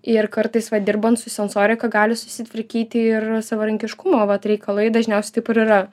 ir kartais va dirbant su sensorika gali susitvarkyti ir savarankiškumo vat reikalai dažniausiai taip ir yra